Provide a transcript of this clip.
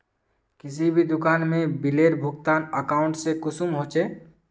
किसी भी दुकान में बिलेर भुगतान अकाउंट से कुंसम होचे?